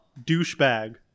Douchebag